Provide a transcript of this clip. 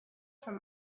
from